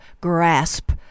grasp